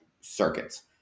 circuits